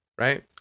Right